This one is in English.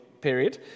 period